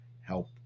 help